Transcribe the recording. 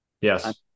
Yes